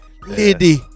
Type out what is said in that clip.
lady